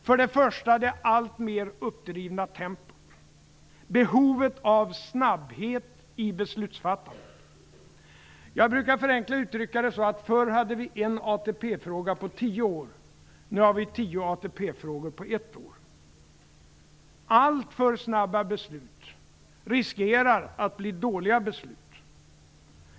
För det första ser jag det alltmer uppdrivna tempot och behovet av snabbhet i beslutsfattandet. Jag brukar förenklat uttrycka det som att vi förr hade en ATP fråga på tio år. Nu har vi tio ATP-frågor på ett år. Alltför snabba beslut riskerar att bli dåliga beslut.